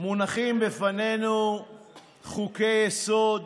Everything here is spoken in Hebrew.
מונחים בפנינו חוקי-יסוד